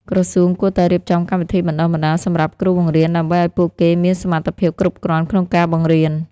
ក្រសួងគួរតែរៀបចំកម្មវិធីបណ្តុះបណ្តាលសម្រាប់គ្រូបង្រៀនដើម្បីឱ្យពួកគេមានសមត្ថភាពគ្រប់គ្រាន់ក្នុងការបង្រៀន។